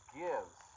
gives